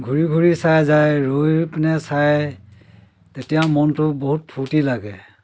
ঘূৰি ঘূৰি চাই যায় ৰৈ পিনে চায় তেতিয়া মনটো বহুত ফূৰ্তি লাগে